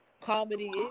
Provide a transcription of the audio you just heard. comedy